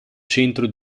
centro